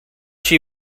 she